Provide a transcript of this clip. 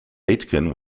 aitken